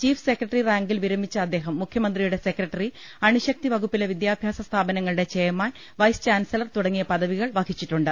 chief secretary റാങ്കിൽ വിരമിച്ച അദ്ദേഹം മുഖ്യമന്ത്രിയുടെ സെക്രട്ടറി അണുശക്തി വകുപ്പിലെ വിദ്യാഭ്യാസ സ്ഥാപനങ്ങളുടെ ചെയർമാൻ വൈസ് ചാൻസലൻ തുടങ്ങിയ പദവികൾ വഹിച്ചിട്ടുണ്ട്